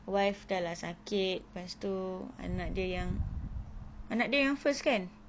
wife dah lah sakit lepas tu anak dia yang anak dia yang first kan